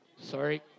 Sorry